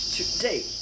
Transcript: today